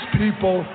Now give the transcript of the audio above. people